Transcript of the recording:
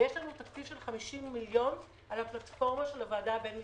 ויש לנו תקציב של 50 מיליון על הפלטפורמה של הוועדה הבין-משרדית,